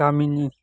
गामिनि